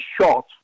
shot